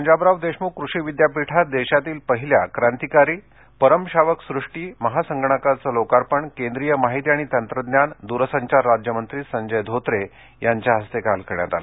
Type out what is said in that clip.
पंजाबराव देशमुख कृषि विद्यापीठात देशातील पहिल्या क्रांतिकारी परम शावक सृष्टी महासंगणकाचे लोकार्पण केंद्रीय माहिती आणि तंत्रज्ञान दूरसंघार राज्यमंत्री संजय धोत्रे यांच्या हस्ते काल करण्यात आलं